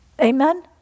Amen